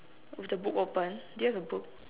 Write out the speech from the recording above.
with the book open do you have a book